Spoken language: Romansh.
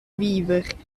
viver